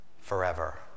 forever